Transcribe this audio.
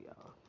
y'all